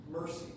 mercy